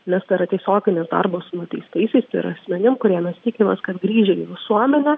nes tai yra tiesioginis darbas su nuteistaisiais tai yra asmenim kurie mes tikimės kad grįžę į visuomenę